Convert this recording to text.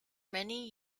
many